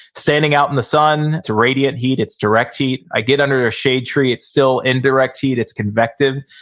standing out in the sun, it's a radiant heat, it's direct heat i get under a shade tree. it's still indirect heat, it's convective.